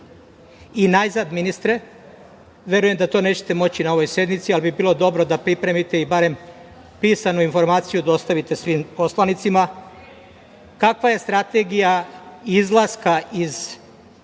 godina? Najzad, ministre, verujem da to nećete moći na ovoj sednici, ali bi bilo dobro da pripremite i, barem, pisanu informaciju dostavite svim poslanicima – kakva je strategija izlaska iz